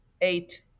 eight